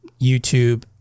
YouTube